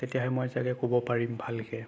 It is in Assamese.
তেতিয়াহে মই ছাগে ক'ব পাৰিম ভালকৈ